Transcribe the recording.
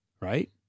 Right